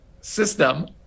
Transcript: system